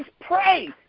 pray